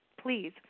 please